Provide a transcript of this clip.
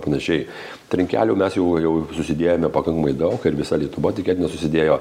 panašiai trinkelių mes jau jau susidėjome pakankamai daug ir visa lietuva tikėtina susidėjo